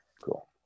cool